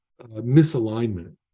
misalignment